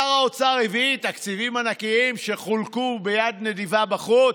שר האוצר הביא תקציבים ענקיים שחולקו ביד נדיבה בחוץ,